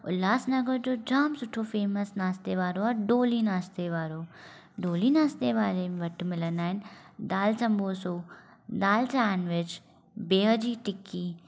उल्हासनगर जो जाम सुठो फेमस नाश्ते वारो आहे डोली नाश्ते वारो डोली नाश्ते वारनि वटि मिलंदा आहिनि दालि समोसो दालि सैंडविच बेह जी टिक्की